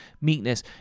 meekness